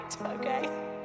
okay